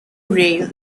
rail